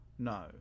no